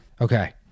Okay